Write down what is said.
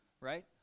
right